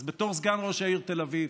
אז בתור סגן ראש העיר תל אביב